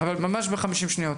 אבל ממש ב-50 שניות.